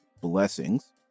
blessings